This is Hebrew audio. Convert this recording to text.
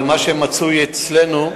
אבל מה שמצוי אצלנו,